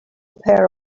pair